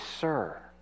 Sir